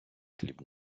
хліб